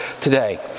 today